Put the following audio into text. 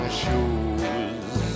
shoes